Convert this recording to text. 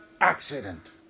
accident